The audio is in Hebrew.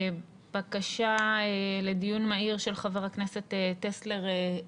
בקשה לדיון מהיר של חבר הכנסת טסלר יעקב.